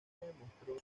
demostró